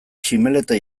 tximeleta